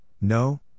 no